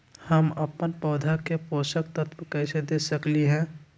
हम अपन पौधा के पोषक तत्व कैसे दे सकली ह?